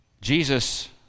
Jesus